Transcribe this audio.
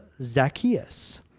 Zacchaeus